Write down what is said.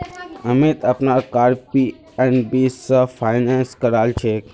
अमीत अपनार car PNB स finance करालछेक